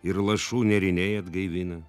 ir lašų nėriniai atgaivina